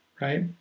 right